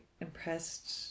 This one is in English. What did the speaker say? impressed